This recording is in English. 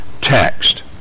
text